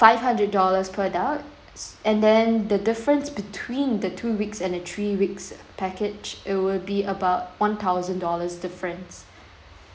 five hundred dollars per adult and then the difference between the two weeks and the three weeks package it will be about one thousand dollars difference